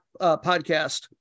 podcast